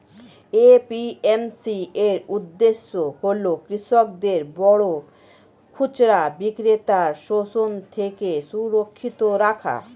APMC এর উদ্দেশ্য হল কৃষকদের বড় খুচরা বিক্রেতার শোষণ থেকে সুরক্ষিত রাখা